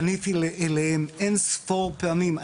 פניתי אליהם אין ספור פעמים,